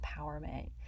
empowerment